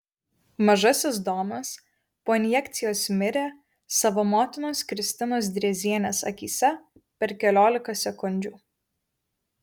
mažasis domas po injekcijos mirė savo motinos kristinos drėzienės akyse per keliolika sekundžių